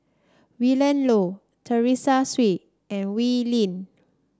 Willin Low Teresa Hsu and Wee Lin